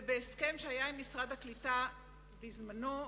ובהסכם שהיה עם משרד הקליטה בזמנו,